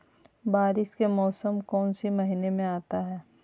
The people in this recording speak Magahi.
बारिस के मौसम कौन सी महीने में आता है?